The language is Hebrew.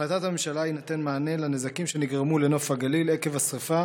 בהחלטת הממשלה יינתן מענה על הנזקים שנגרמו לנוף הגליל עקב השרפה,